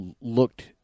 looked